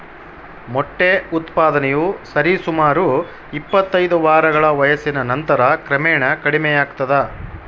ಮೊಟ್ಟೆ ಉತ್ಪಾದನೆಯು ಸರಿಸುಮಾರು ಇಪ್ಪತ್ತೈದು ವಾರಗಳ ವಯಸ್ಸಿನ ನಂತರ ಕ್ರಮೇಣ ಕಡಿಮೆಯಾಗ್ತದ